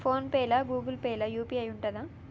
Phone pay లా Google Pay లా UPI ఉంటదా?